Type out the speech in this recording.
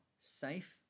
safe